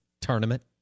tournament